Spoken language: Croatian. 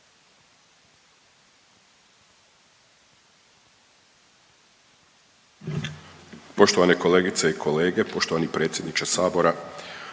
Poštovane kolegice, kolege, poštovani gosti danas